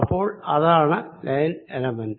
അപ്പോൾ അതാണ് line element